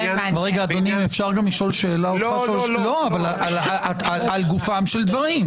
אדוני, אפשר לשאול שאלה לגופם של דברים?